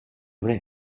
vrai